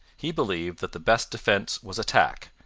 he believed that the best defence was attack,